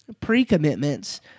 pre-commitments